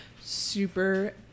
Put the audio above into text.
super